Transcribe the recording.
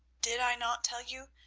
did i not tell you,